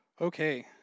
Okay